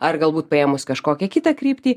ar galbūt paėmus kažkokią kitą kryptį